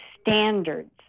standards